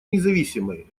независимой